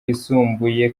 yisumbuye